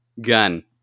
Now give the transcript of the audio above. gun